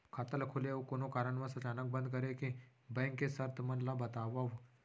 खाता ला खोले अऊ कोनो कारनवश अचानक बंद करे के, बैंक के शर्त मन ला बतावव